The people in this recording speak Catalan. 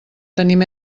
tenim